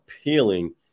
appealing